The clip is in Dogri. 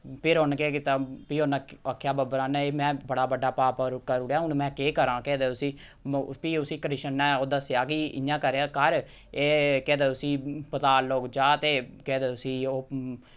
फिर उ'न्न केह् कीत्ता फ्ही उ'न्न आख आखेआ बब्बरवान ने एह् मै बड़ा बड्डा पाप करू करूड़ेआ हून में केह् करां केह् आखदे उसी फ्ही उसी कृष्ण ने ओह् दस्सेआ कि इ'यां करेआं कर एह् केह् आखदे उसी पताल लोक जा ते केह् आखदे उसी ओह्